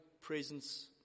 presence